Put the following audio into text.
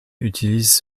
utilisent